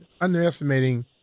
underestimating